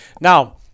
Now